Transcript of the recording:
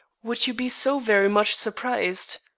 would you be so very much surprised?